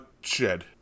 shed